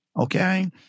Okay